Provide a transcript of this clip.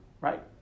Right